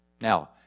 Now